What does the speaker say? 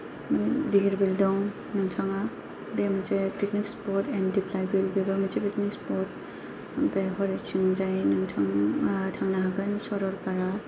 नों धिर बिल दं नोंथांआ बे मोनसे पिकनिक स्पत एन्द दिप्लाय बिल बेबो मोनसे पिकनिक स्पत ओमफ्राय हरैथिं जाय नोंथांआ थांनो हागोन सरलपारा